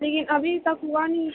تو یہ ابھی تک ہوا نہیں